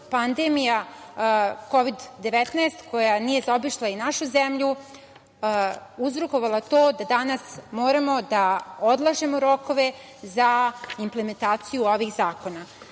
pandemija Kovid 19, koja nije zaobišla ni našu zemlju, uzrokovala to da danas moramo da odlažemo rokove za implementaciju ovih zakona. Sami